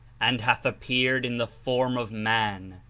and hath appeared in the form of man,